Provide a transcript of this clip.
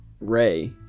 Ray